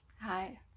hi